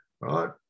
right